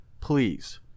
please